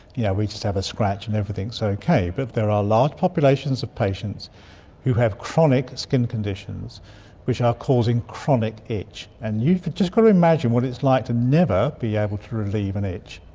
yeah we just have a scratch and everything's so okay, but there are large populations of patients who have chronic skin conditions which are causing chronic itch. and you've just got to imagine what it's like to never be able to relieve an itch.